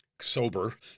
sober